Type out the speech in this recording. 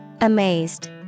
Amazed